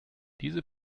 diese